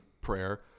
prayer